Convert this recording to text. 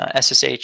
SSH